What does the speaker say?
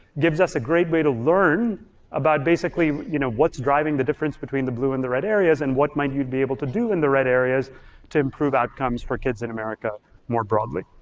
gives us a great way to learn about basically you know what's driving the difference between the blue and the red areas and what might you'd be able to do in the red areas to improve outcomes for kids in america more broadly.